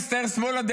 הסתער שמאלה,